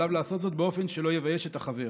עליו לעשות זאת באופן שלא יבייש את החבר.